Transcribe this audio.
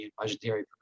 budgetary